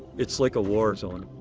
it's like a war zone.